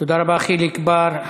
תודה רבה חיליק בר.